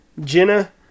Jenna